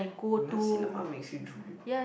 Nasi-Lemak makes you drool